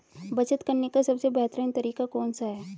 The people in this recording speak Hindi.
बचत करने का सबसे बेहतरीन तरीका कौन सा है?